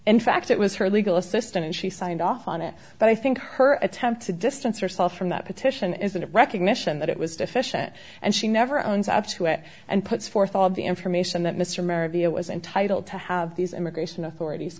in fact it was her legal assistant and she signed off on it but i think her attempt to distance herself from that petition is the recognition that it was deficient and she never owns to it and puts forth all the information that mr merivale was entitled to have these immigration authorities